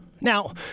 Now